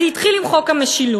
זה התחיל עם חוק המשילות.